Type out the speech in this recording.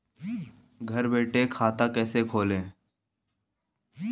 घर बैठे खाता कैसे खोलें?